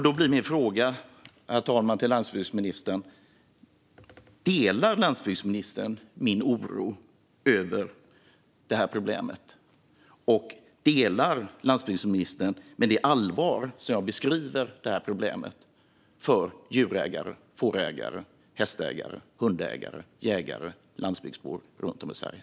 Då är min fråga till landsbygdsministern: Delar landsbygdsministern min oro över detta problem, och ser landsbygdsministern med samma allvar som jag på detta problem för djurägare, fårägare, hästägare, hundägare, jägare och landsbygdsbor runt om i Sverige?